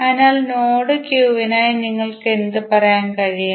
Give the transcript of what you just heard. അതിനാൽ നോഡ് ക്യൂവിനായി നിങ്ങൾക്ക് എന്ത് പറയാൻ കഴിയും